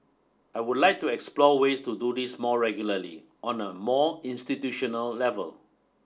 I would like to explore ways to do this more regularly on a more institutional level